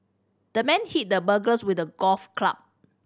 the man hit the burglars with the golf club